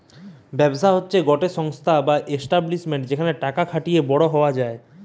ব্যবসা হতিছে গটে সংস্থা বা এস্টাব্লিশমেন্ট যেখানে টাকা খাটিয়ে বড়ো হওয়া যায়